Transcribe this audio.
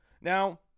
now